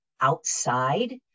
outside